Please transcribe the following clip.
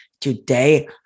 Today